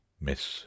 Miss